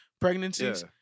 pregnancies